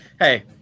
hey